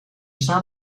staat